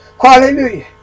Hallelujah